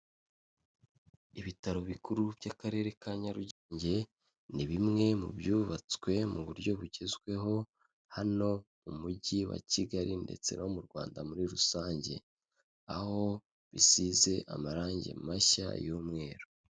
Ibitaro bikuru by'akarere ka Nyarugenge ni bimwe mu byubatswe mu buryo bugezweho, hano mu mujyi wa Kigali ndetse no mu Rwanda muri rusange, aho bisize amarange mashya y'umweru.